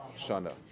Shana